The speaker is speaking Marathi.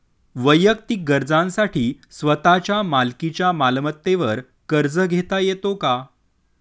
वैयक्तिक गरजांसाठी स्वतःच्या मालकीच्या मालमत्तेवर कर्ज घेता येतो का?